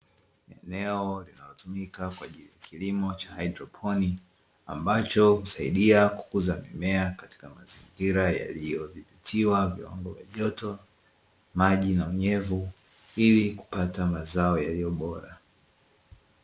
Eneo linalotumika kwaajili ya kilimo cha haidroponi ambacho husaidia kukuza mimea katika mazingira yaliyodhibitiwa viwango vya joto, maji na unyevu ili kupata mazao yaliyo bora.